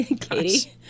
Katie